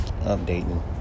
updating